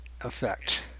effect